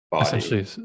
essentially